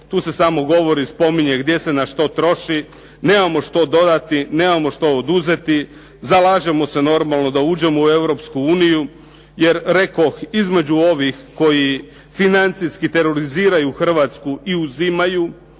Tu se samo govori i spominje gdje se na što troši. Nemamo što dodati. Nemamo što oduzeti. Zalažemo se normalno da uđemo u Europsku uniju, jer rekoh između ovih koji financijski teroriziraju Hrvatsku i uzimaju,